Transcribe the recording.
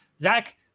Zach